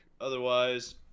Otherwise